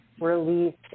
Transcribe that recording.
released